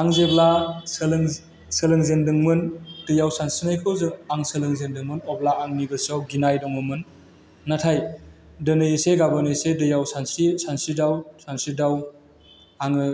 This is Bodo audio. आं जेब्ला सोलोंजेन्दोंमोन दैयाव सानस्रिनायखौ जों आं सोलोंजेन्दोंमोन अब्ला आंनि गोसोआव गिनाय दङमोन नाथाय दिनै एसे गाबोन एसे दैयाव सानस्रिदाव सानस्रिदाव आङो